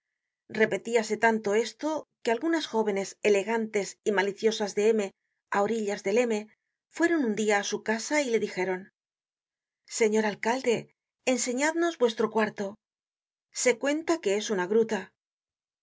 calaveras repetíase tanto esto que algunas jóvenes elegantes y maliciosas de m á orillas del m fueron un dia á su casa y le dijeron señor alcalde enseñadnos vuestro cuarto se cuenta que es una gruta